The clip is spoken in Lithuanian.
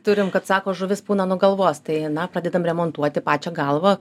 turim kad sako žuvis pūna nuo galvos tai na pradedam remontuoti pačią galvą